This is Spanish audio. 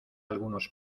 algunos